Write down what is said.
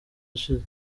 ishize